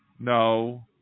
No